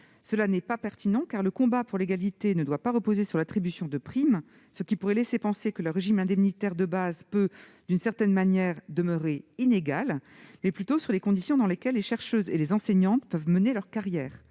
Cela n'est pas pertinent. Le combat pour l'égalité doit reposer non pas sur l'attribution de primes- cela pourrait laisser penser que le régime indemnitaire de base est inégalitaire -, mais plutôt sur les conditions dans lesquelles les chercheuses et les enseignantes peuvent mener leur carrière.